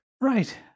Right